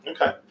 Okay